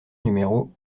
numéro